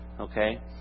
okay